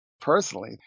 personally